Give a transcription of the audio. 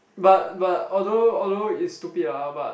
but but although although is stupid ah but